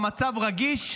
המצב רגיש.